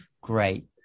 great